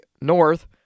North